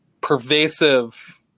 pervasive